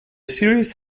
series